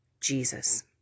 Jesus